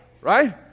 Right